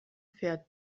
fährt